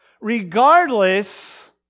regardless